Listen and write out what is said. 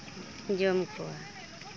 ᱡᱚᱢ ᱠᱚᱣᱟ